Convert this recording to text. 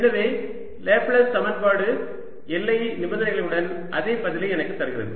எனவே லேப்ளேஸ் சமன்பாடு எல்லை நிபந்தனைகளுடன் அதே பதிலை எனக்குத் தருகிறது